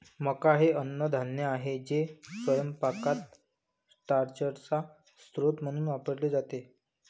मका हे अन्नधान्य आहे जे स्वयंपाकात स्टार्चचा स्रोत म्हणून वापरले जाते